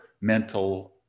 mental